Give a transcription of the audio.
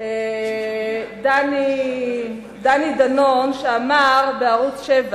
דני דנון, שאמר בערוץ-7: